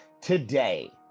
today